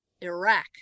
Iraq